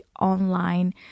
online